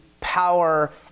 power